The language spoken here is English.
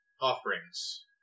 offerings